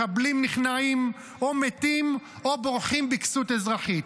מחבלים נכנעים או מתים, או בורחים בכסות אזרחית.